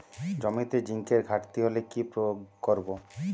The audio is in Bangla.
জমিতে জিঙ্কের ঘাটতি হলে কি প্রয়োগ করব?